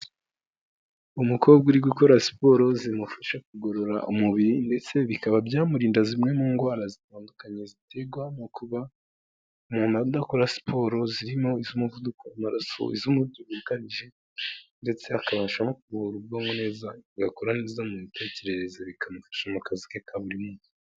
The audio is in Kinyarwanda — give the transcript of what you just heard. Umukobwa uri gukora siporo zimufasha kugorora umubiri ndetse bikaba byamurinda zimwe mu ndwara zitandukanye ziterwa no kuba umuntu adakora siporo, zirimo iz'umuvuduko w'amaraso, iz'umubyibuho ukabije ndetse akabasha no kuruhura ubwonko neza, agakura neza mu mitekerereze bikamufasha mu kazi ke ka buri munsi.